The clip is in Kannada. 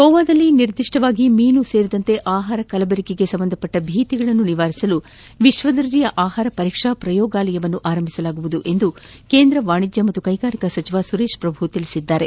ಗೋವಾದಲ್ಲಿ ನಿರ್ದಿಷ್ಟವಾಗಿ ಮೀನು ಸೇರಿದಂತೆ ಆಹಾರ ಕಲಬೆರಕೆಗೆ ಸಂಬಂಧಿಸಿದ ಭೀತಿಗಳನ್ನು ನಿವಾರಿಸಲು ವಿಶ್ವದರ್ಜೆಯ ಆಹಾರ ಪರೀಕ್ಸಾ ಪ್ರಯೋಗಾಲಯ ಸ್ವಾಪಿಸಲಾಗುವುದು ಎಂದು ಕೇಂದ್ರ ವಾಣಿಜ್ಞ ಮತ್ತು ಕೈಗಾರಿಕಾ ಸಚಿವ ಸುರೇಶ್ ಪ್ರಭು ಹೇಳಿದ್ದಾರೆ